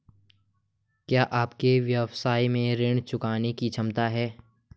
क्या आपके व्यवसाय में ऋण चुकाने की क्षमता है?